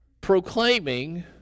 Proclaiming